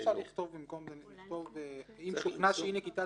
אולי אפשר לכתוב במקום זה "אם שוכנע שאי-נקיטת